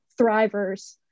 Thrivers